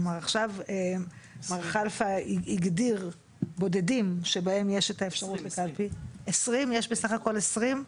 כלומר עכשיו כלפה הגדיר בודדים שבהם יש את האפשרות 20. 20 סה"כ יש 20?